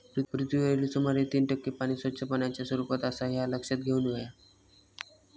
पृथ्वीवरील सुमारे तीन टक्के पाणी स्वच्छ पाण्याच्या स्वरूपात आसा ह्या लक्षात घेऊन हव्या